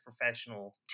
professional